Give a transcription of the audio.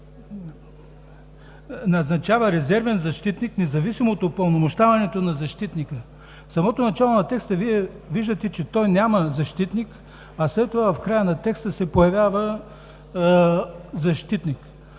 назначава резервен защитник независимо от упълномощаването на защитника“. В самото начало на текста Вие виждате, че той няма защитник, а след това в края на текста се появява защитник.